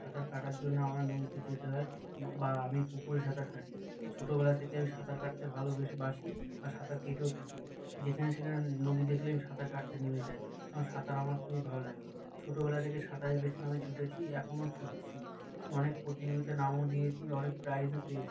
সাঁতার কাটার জন্য আমরা নদীতে যেতে হয় বা আমি পুকুরে সাঁতার কাটি ছোটোবেলা থেকে আমি সাঁতার কাটতে ভালো বেশ বাসি আর সাঁতার কেটেও থাকি যেখানে সেখানে নদী দেখলেই আমি সাঁতার কাটতে নেমে যায় কারণ সাঁতার আমার খুবই ভালো লাগে ছোটোবেলা থেকে সাঁতারের পেছনে আমি ছুটেছি এখনো ছুটছি চু অনেক প্রতিযোগিতায় নামও দিয়েছি অনেক প্রাইজও পেয়েছি